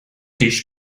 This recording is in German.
dich